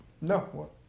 No